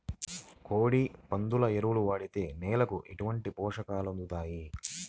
కోడి, పందుల ఎరువు వాడితే నేలకు ఎలాంటి పోషకాలు అందుతాయి